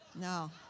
no